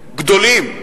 גדולים,